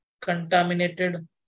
contaminated